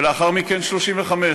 ולאחר מכן 35,